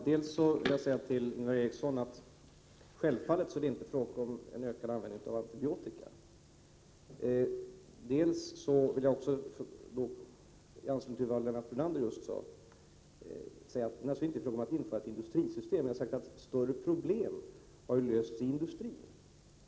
Herr talman! Dels vill jag säga till Ingvar Eriksson att det självfallet inte är fråga om någon ökad användning av antibiotika, dels vill jag i anslutning till vad Lennart Brunander just sade säga att det naturligtvis inte är fråga om att införa ett industrisystem. Vad jag har sagt är att större problem har lösts inom industrin.